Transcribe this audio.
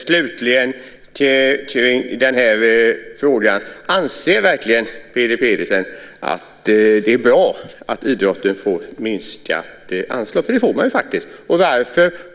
Slutligen till frågan: Anser verkligen Peter Pedersen att det är bra att idrotten får minskat anslag? Det får den faktiskt.